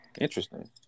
Interesting